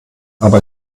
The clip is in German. aber